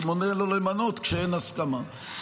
שמונע למנות כשאין הסכמה.